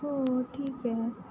हो ठीक आहे